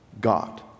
God